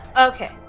Okay